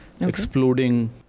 exploding